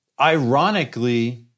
ironically